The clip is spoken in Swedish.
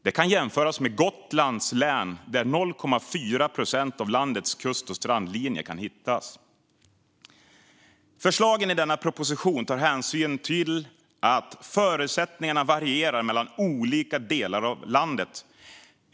Detta kan jämföras med Gotlands län, där 0,4 procent av landets kust och strandlinje kan hittas. Förslagen i denna proposition tar hänsyn till att förutsättningarna varierar mellan olika delar av landet.